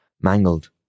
mangled